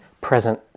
present